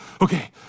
okay